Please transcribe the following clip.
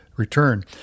return